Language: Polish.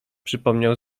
przypomniał